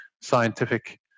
scientific